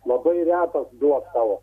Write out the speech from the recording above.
labai retas duos tau